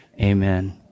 Amen